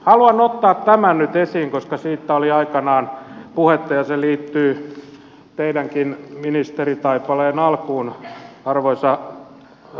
haluan ottaa tämän nyt esiin koska siitä oli aikanaan puhetta ja se liittyy teidänkin ministeritaipaleenne alkuun arvoisa omistajaohjausministeri